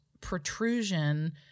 protrusion